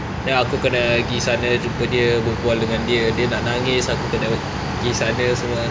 then aku kena pergi sana jumpa dia berbual dengan dia dia nak nangis aku kena gi sana semua